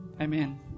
Amen